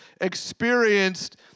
experienced